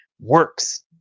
works